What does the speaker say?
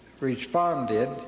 responded